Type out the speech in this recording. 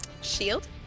shield